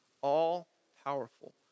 all-powerful